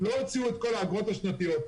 לא הוציאו את כל האגרות השנתיות.